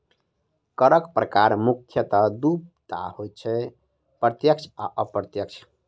करक प्रकार मुख्यतः दू टा होइत छै, प्रत्यक्ष आ अप्रत्यक्ष